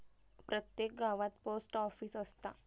प्रत्येक गावात post office असता